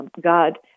God